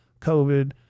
COVID